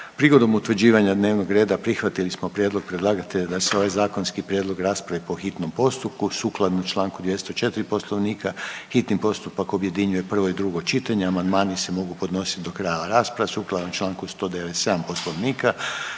Prigodom utvrđivanja dnevnog reda prihvatili smo prijedlog predlagatelja da se ovaj zakonski prijedlog raspravi po hitnom postupku. Sukladno čl. 204. Poslovnika hitni postupak objedinjuje prvo i drugo čitanje. Amandmani se mogu podnosit do kraja rasprave sukladno čl. 197. Poslovnika.